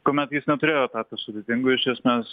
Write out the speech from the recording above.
tuomet jis neturėjo tapti sudėtingų iš esmės